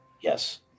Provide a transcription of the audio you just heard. Yes